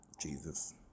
Jesus